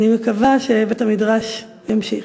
אני מקווה שבית-המדרש יימשך.